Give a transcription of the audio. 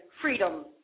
freedom